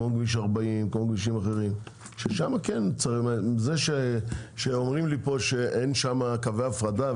כמו כביש 40. אין שם קווי הפרדה.